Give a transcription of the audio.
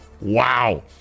Wow